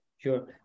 Sure